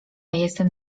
jestem